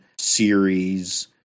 series